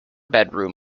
bedroom